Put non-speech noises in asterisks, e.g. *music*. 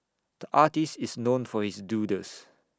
the artist is known for his doodles *noise*